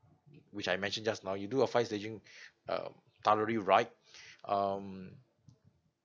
which I mention just now you do a five staging um thoroughly right um